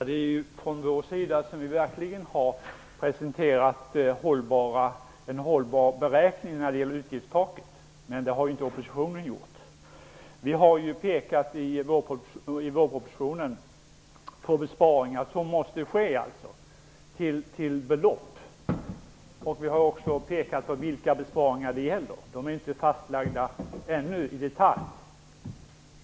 Herr talman! Det är vi som verkligen har presenterat en hållbar beräkning av utgiftstaket. Det har inte oppositionen gjort. I vårpropositionen har vi pekat på hur stora besparingar som måste göras och vilka besparingar det gäller. De är ännu inte fastlagda i detalj.